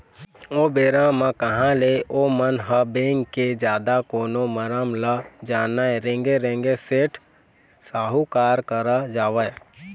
ओ बेरा म कहाँ ले ओमन ह बेंक के जादा कोनो मरम ल जानय रेंगे रेंगे सेठ साहूकार करा जावय